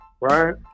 Right